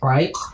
Right